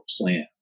plan